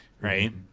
right